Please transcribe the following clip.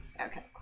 Okay